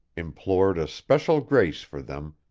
implored a special grace for them,